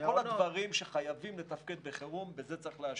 כל הדברים שחייבים לתפקד בחירום, בזה צריך להשקיע.